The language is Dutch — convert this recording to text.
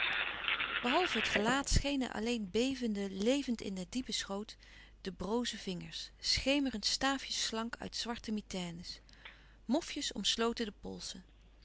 behalve het gelaat schenen alleen bevende levend in den diepen schoot de broze vingers schemerend staafjes slank uit zwarte mitaines mofjes omsloten de polsen